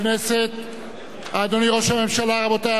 אדוני ראש הממשלה, רבותי השרים, חברי הכנסת,